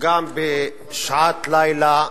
גם בשעת לילה